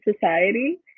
society